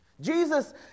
Jesus